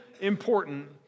important